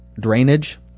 drainage